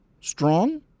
strong